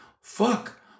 fuck